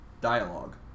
dialogue